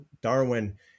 Darwin